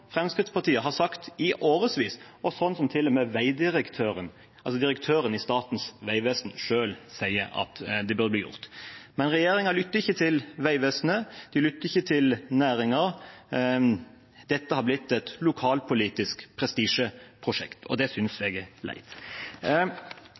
Fremskrittspartiet har sagt i årevis, og sånn som til og med vegdirektøren, altså direktøren i Statens vegvesen, selv sier det burde bli gjort. Men regjeringen lytter ikke til Vegvesenet; de lytter ikke til næringen. Dette har blitt et lokalpolitisk prestisjeprosjekt, og det synes